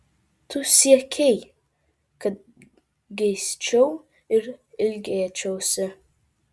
tu siekei kad geisčiau ir ilgėčiausi